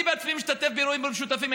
אני בעצמי משתתף באירועים משותפים,